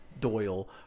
Doyle